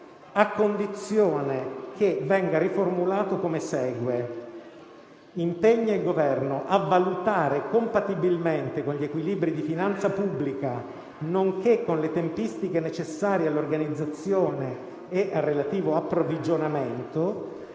al testo la seguente riformulazione: «impegna il Governo a valutare, compatibilmente con gli equilibri di finanza pubblica, nonché con le tempistiche necessarie all'organizzazione e al relativo approvvigionamento,